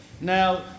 now